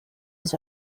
his